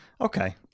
Okay